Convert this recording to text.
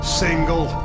single